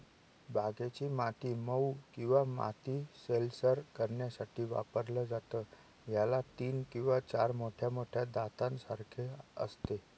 बागेची माती मऊ किंवा माती सैलसर करण्यासाठी वापरलं जातं, याला तीन किंवा चार मोठ्या मोठ्या दातांसारखे असते